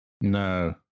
No